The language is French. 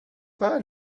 pas